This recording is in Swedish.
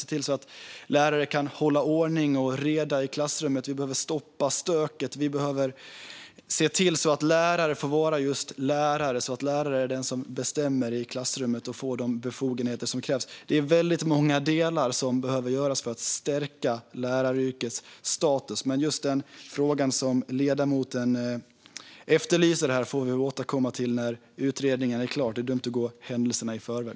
Lärare måste kunna hålla ordning och reda i klassrummet. Stöket måste stoppas. Lärare ska få vara just lärare. Läraren ska vara den som bestämmer i klassrummet, och lärare ska få de befogenheter som krävs. Det är många delar som behövs för att stärka läraryrkets status. Just den fråga som ledamoten efterlyser får vi återkomma till när utredningen är klar. Det är dumt att gå händelserna i förväg.